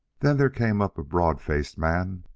then there came up a broad-faced man,